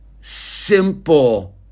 simple